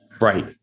Right